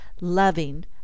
loving